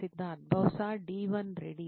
సిద్ధార్థ్ బహుశా D1 ready